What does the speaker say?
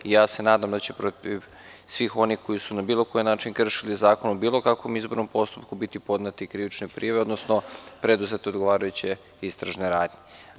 Nadam se da će protiv svih onih koji su na bilo koji način kršili zakon u bilo kakvom izbornom postupku, biti podnete krivične prijave, odnosno preduzete odgovarajuće krivične radnje.